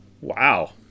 Wow